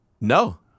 no